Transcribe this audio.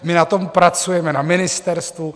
My na tom pracujeme na ministerstvu.